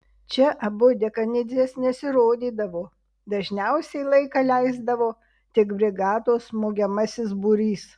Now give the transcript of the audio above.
čia abu dekanidzės nesirodydavo dažniausiai laiką leisdavo tik brigados smogiamasis būrys